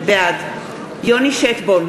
בעד יוני שטבון,